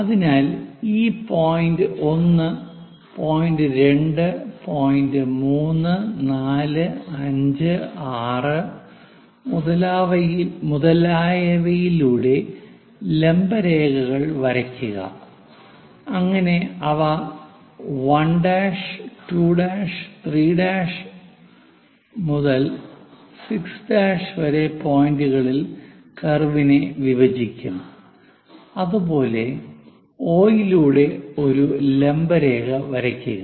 അതിനാൽ ഈ point 1 point 2 point 3 4 5 6 മുതലായവയിലൂടെ ലംബ രേഖകൾ വരയ്ക്കുക അങ്ങനെ അവ 1' 2 3 മുതൽ 6' വരെ പോയിന്ററുകളിൽ കർവിനെ വിഭജിക്കും അതുപോലെ O ലൂടെ ഒരു ലംബ രേഖ വരയ്ക്കുക